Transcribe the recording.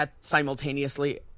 simultaneously